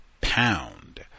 pound